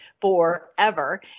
forever